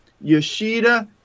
Yoshida